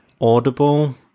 Audible